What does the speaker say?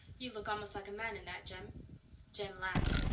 you look almost like a man in that, jem jem laughed.